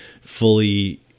fully